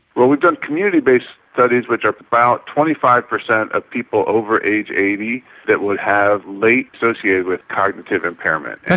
well, we've done community-based studies which are about twenty five percent of people over age eighty that would have late associated with cognitive impairment. yeah